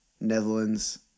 Netherlands